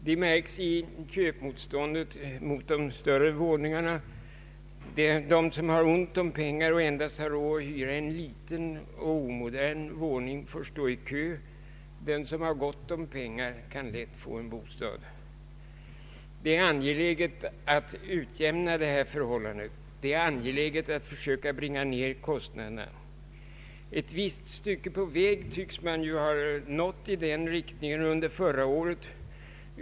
Det märks i köpmotståndet mot de större våningarna. Den, som har ont om pengar och endast har råd att hyra en liten och omodern våning, får stå i kö. Den som har gott om pengar kan lätt få en bostad. Det är angeläget att utjämna detta förhållande, det är angeläget att försöka bringa ned kostnaderna. Ett visst stycke på väg tycks man ha nått i den riktningen under förra året.